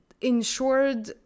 ensured